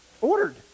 Ordered